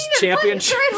championship